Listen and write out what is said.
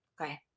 Okay